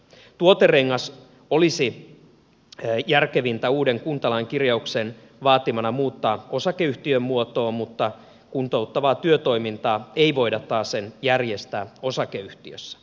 tuoterengas olisi järkevintä uuden kuntalain kirjauksen vaatimana muuttaa osakeyhtiömuotoon mutta kuntouttavaa työtoimintaa ei voida taasen järjestää osakeyhtiössä